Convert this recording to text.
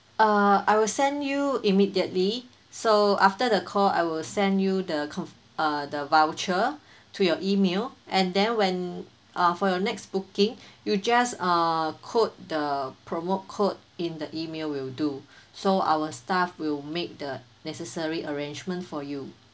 err I will send you immediately so after the call I will send you the conf err the voucher to your email and then when uh for your next booking you just uh code the promote code in the email will do so our staff will make the necessary arrangements for you